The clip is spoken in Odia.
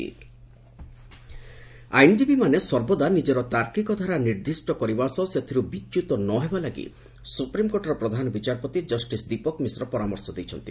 ସମାବର୍ଭନ ଉହବ ଆଇନଜୀବୀମାନେ ସର୍ବଦା ନିଜର ତାର୍କିକ ଧାରା ନିର୍ଦ୍ଦିଷ୍ଟ କରିବା ସହ ସେଥିରୁ ବିଚ୍ୟୁତ ନ ହେବା ଲାଗି ସୁପ୍ରିମକୋର୍ଟର ପ୍ରଧାନ ବିଚାରପତି ଜଷିସ୍ ଦୀପକ ମିଶ୍ର ପରାମର୍ଶ ଦେଇଛନ୍ତି